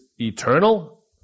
eternal